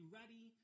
ready